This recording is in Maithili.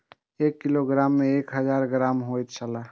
एक किलोग्राम में एक हजार ग्राम होयत छला